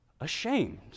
ashamed